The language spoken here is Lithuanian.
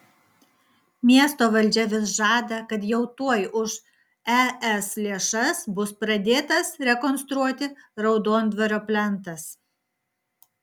miesto valdžia vis žada kad jau tuoj už es lėšas bus pradėtas rekonstruoti raudondvario plentas